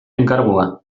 enkargua